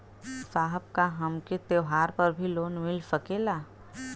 साहब का हमके त्योहार पर भी लों मिल सकेला?